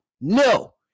No